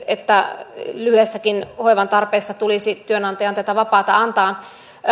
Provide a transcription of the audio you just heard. että lyhyessäkin hoivan tarpeessa tulisi työnantajan tätä vapaata antaa